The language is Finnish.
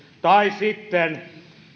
tai sitten